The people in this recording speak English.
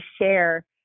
share